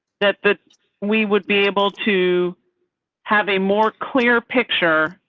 that that we would be able to have a more clear picture.